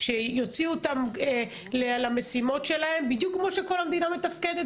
שיטה, גלבוע, כרמל, מגידו, אלה העיקריים.